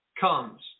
Comes